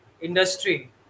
industry